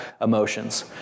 emotions